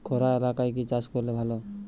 খরা এলাকায় কি চাষ করলে ভালো?